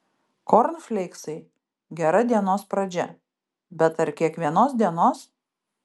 kornfleiksai gera dienos pradžia bet ar kiekvienos dienos